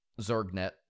ZergNet